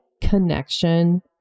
connection